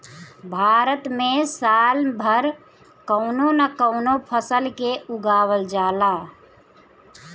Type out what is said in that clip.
भारत में साल भर कवनो न कवनो फसल के उगावल जाला